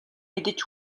мэдэж